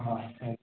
ಹಾಂ ಹಾಂ